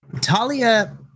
Talia